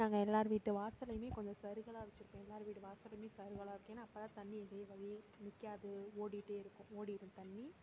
நாங்கள் எல்லோர் வீட்டு வாசல்லேயுமே கொஞ்சம் சருகலாக வச்சுருப்போம் எல்லார் வீடு வாசலும் சாய்வலாக இருக்கும் ஏன்னா அப்போ தான் தண்ணிர் நிற்காது ஓடிகிட்டே இருக்கும் ஓடிடும் தண்ணிர்